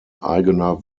eigener